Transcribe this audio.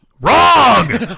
Wrong